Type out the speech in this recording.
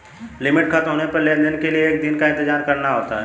limit खत्म होने पर लेन देन के लिए एक दिन का इंतजार करना होता है